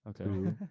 okay